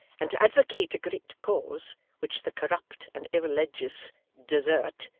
and to advocate a great cause which the corrupt and irreligious desert,